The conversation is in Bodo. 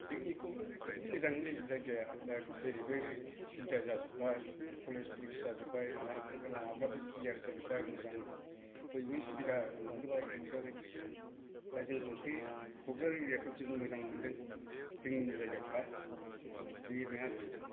जोंनि क'क्राझाराथ' मोजांलै जायगाया दा जेरैबो सुबिदा जाजोबबाय कलेज तलेज जाजोबबाय माबा लामाफ्राबो क्लियार जाजोबबाय मोजां बयबो सुबिदा नुहुरबाय दा जोंबो ओंखायनो क'क्राझार एरिया खौ जों मोजां मोन्दों जोंनि जायगाखा बेनो आरोखि